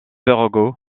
perregaux